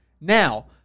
Now